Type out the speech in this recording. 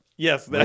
Yes